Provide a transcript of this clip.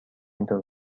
اینطور